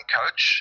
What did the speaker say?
coach